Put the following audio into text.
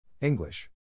English